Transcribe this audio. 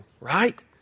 right